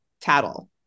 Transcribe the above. tattle